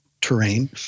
terrain